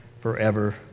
forever